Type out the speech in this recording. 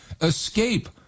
Escape